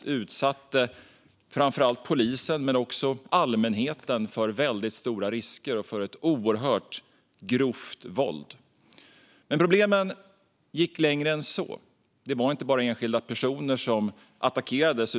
De utsatte framför allt polisen men också allmänheten för väldigt stora risker och för ett oerhört grovt våld. Problemen gick dock längre än så. Det var inte bara enskilda personer som attackerades.